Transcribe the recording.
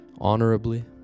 honorably